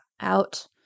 out